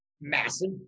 massive